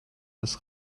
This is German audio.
das